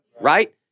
right